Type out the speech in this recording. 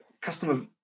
customer